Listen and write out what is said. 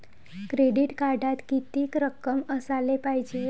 Credit कार्डात कितीक रक्कम असाले पायजे?